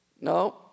No